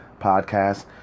Podcast